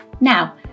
now